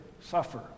suffer